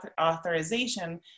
authorization